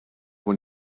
when